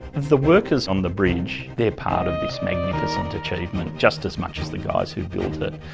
the workers on the bridge, they're part of this magnificent achievement, just as much as the guys who built it.